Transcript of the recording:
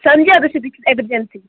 سمجان ٲسیو بیٚیہِ سٕنز ایمَرجنسی